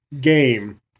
game